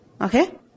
Okay